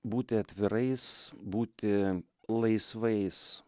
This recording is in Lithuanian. būti atvirais būti laisvais